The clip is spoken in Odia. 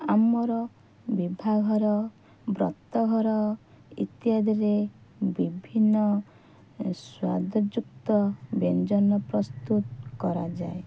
ଆମର ବିଭାଘର ବ୍ରତଘର ଇତ୍ୟାଦିରେ ବିଭିନ୍ନ ସ୍ୱାଦଯୁକ୍ତ ବ୍ୟଞ୍ଜନ ପ୍ରସ୍ତୁତ କରାଯାଏ